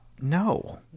No